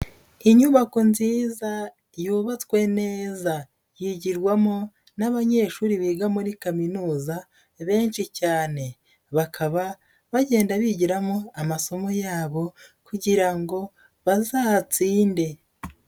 Inyubako nziza yubatswe neza, yigirwamo n'abanyeshuri biga muri kaminuza benshi cyane bakaba bagenda bigiramo amasomo yabo kugira ngo bazatsinde.